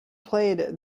played